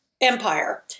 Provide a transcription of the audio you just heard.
empire